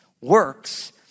works